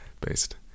based